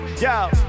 yo